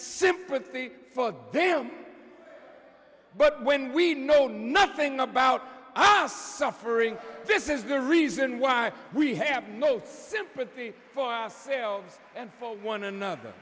sympathy for them but when we know nothing about suffering this is the reason why we have no sympathy for ourselves and for one another